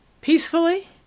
peacefully